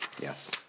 Yes